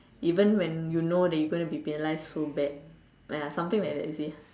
even when you know that you gonna be penalized so bad ya lah something like that you see